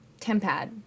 tempad